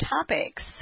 topics